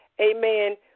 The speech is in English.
amen